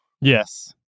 Yes